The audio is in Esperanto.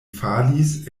falis